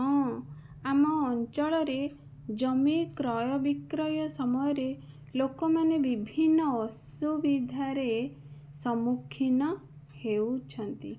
ହଁ ଆମ ଅଞ୍ଚଳରେ ଜମି କ୍ରୟ ବିକ୍ରୟ ସମୟରେ ଲୋକମାନେ ବିଭିନ୍ନ ଅସୁବିଧାରେ ସମ୍ମୁଖୀନ ହେଉଛନ୍ତି